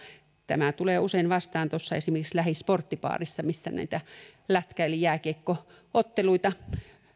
tämä tulee usein vastaan tuossa esimerkiksi lähisporttibaarissa missä näitä lätkä eli jääkiekko otteluita